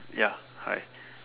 ya hi